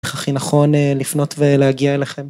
איך הכי נכון לפנות ולהגיע אליכם?